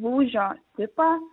lūžio tipą